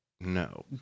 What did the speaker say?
no